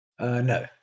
No